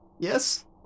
Yes